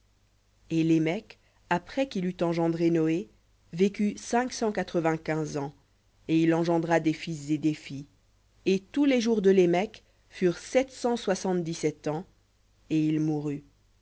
et lémec après qu'il eut engendré noé vécut cinq cent quatre-vingt-quinze ans et il engendra des fils et des filles et tous les jours de lémec furent sept cent soixante-dix-sept ans et il mourut